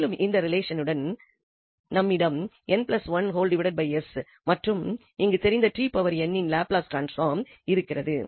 மேலும் இந்த ரிலேஷனுடன் நம்மிடம் மற்றும் இங்கு தெரிந்த இன் லாப்லஸ் டிரான்ஸ்பாம் இருக்கிறது